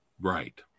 right